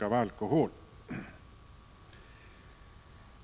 av alkohol och narkotika.